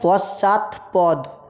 পশ্চাৎপদ